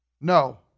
No